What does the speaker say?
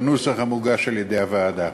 בנוסח המוגש על-ידי הוועדה.